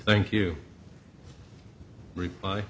thank you repl